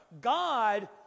God